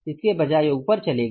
इसके बजाय वे ऊपर चले गए